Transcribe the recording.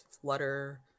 Flutter